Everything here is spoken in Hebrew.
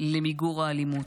למיגור האלימות.